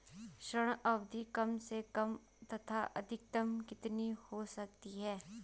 ऋण अवधि कम से कम तथा अधिकतम कितनी हो सकती है?